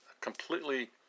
completely